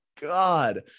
God